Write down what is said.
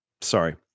sorry